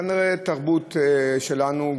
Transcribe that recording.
כנראה התרבות שלנו,